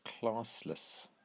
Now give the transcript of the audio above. classless